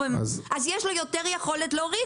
אז יש לו יותר יכולת להוריד